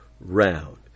round